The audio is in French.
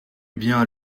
bien